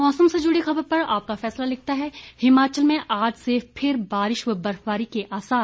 मौसम से जुड़ी खबर पर आपका फैसला लिखता है हिमाचल में आज से फिर बारिश व बर्फबारी के आसार